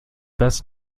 best